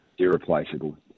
Irreplaceable